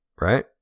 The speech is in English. Right